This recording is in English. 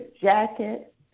jacket